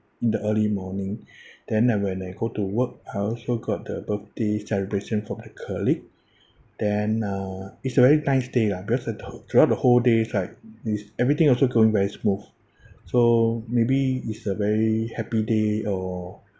in the early morning then uh when I go to work I also got the birthday celebration from my colleague then uh it's a very nice day lah because uh th~ throughout whole day is like is everything also going very smooth so maybe it's a very happy day or